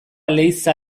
leiza